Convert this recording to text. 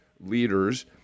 leaders